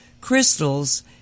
crystals